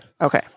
Okay